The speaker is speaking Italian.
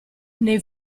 nei